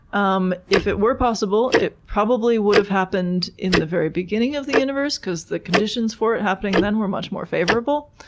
um if it were possible it probably would've happened in the very beginning of the universe because the conditions for it happening then were much more favorable.